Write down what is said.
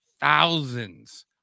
thousands